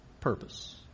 purpose